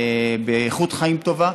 באיכות חיים טובה.